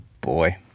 boy